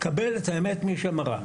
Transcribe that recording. "קבל את האמת ממי שאמרה".